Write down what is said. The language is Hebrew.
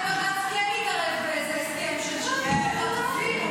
תודה רבה.